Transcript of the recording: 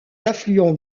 affluent